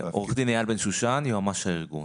עורך דין אייל בן שושן, יועץ משפטי, ארגון